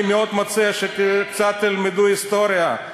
אני מאוד מציע שקצת תלמדו היסטוריה,